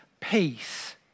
peace